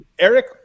Eric